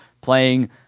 playing